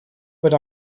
but